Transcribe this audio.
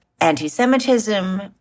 anti-Semitism